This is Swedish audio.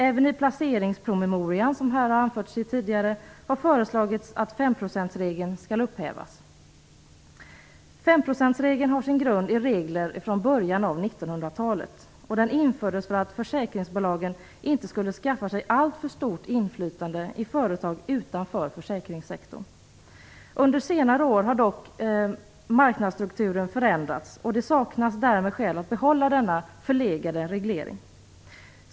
Även i placeringspromemorian har föreslagits att femprocentsregeln skall upphävas, som också har anförts här tidigare. Femprocentsregeln har sin grund i regler från början av 1900-talet. Den infördes för att försäkringsbolagen inte skulle skaffa sig alltför stort inflytande i företag utanför försäkringssektorn. Under senare år har dock marknadsstrukturen förändrats, och det saknas därmed skäl att behålla denna förlegade reglering.